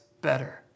better